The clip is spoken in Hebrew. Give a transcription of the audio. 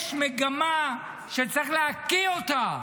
יש מגמה שצריך להקיא אותה,